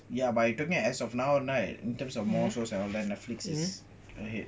ya but you talking as of now right in terms of more shows all that netflix is ahead